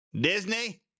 Disney